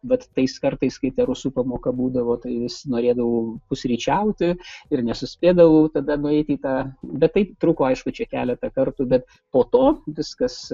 bet tais kartais kai ta rusų pamoka būdavo tai vis norėdavau pusryčiauti ir nesuspėdavau tada nueiti į tą bet tai truko aišku čia keletą kartų bet po to viskas